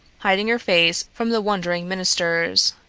hiding her face from the wondering ministers.